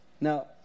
Now